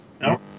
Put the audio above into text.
No